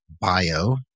bio